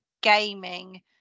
gaming